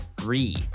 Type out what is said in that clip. three